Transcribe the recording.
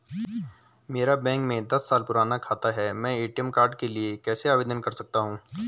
मेरा बैंक में दस साल पुराना खाता है मैं ए.टी.एम कार्ड के लिए कैसे आवेदन कर सकता हूँ?